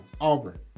Auburn